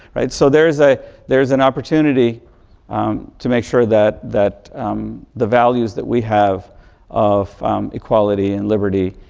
right. so, there is a there is an opportunity to make sure that that the values that we have of equality and liberty,